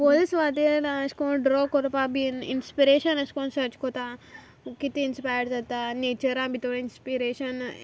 पोयल सुवातेर हांव अेश कोन्न ड्रॉ कोरपा बीन इंन्स्पिरेशन अेश कोन्न सर्च कोतां कीत इंस्पायर जाता नॅचरा भितोर इंस्पिरेशन